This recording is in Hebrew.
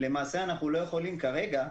למעשה אנחנו לא יכולים כרגע,